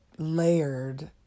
Layered